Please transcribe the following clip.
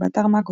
באתר mako,